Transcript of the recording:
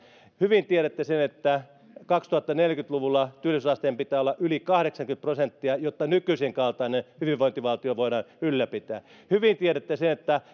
hyvin tiedätte sen että kaksituhattaneljäkymmentä luvulla työllisyysasteen pitää olla yli kahdeksankymmentä prosenttia jotta nykyisenkaltainen hyvinvointivaltio voidaan ylläpitää hyvin tiedätte sen että